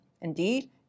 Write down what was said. Indeed